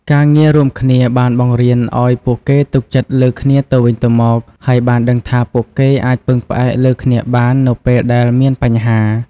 ការងាររួមគ្នាបានបង្រៀនឱ្យពួកគេទុកចិត្តលើគ្នាទៅវិញទៅមក ហើយបានដឹងថាពួកគេអាចពឹងផ្អែកលើគ្នាបាននៅពេលដែលមានបញ្ហា។